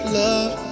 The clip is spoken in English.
love